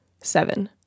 Seven